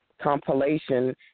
compilation